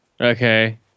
Okay